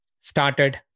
started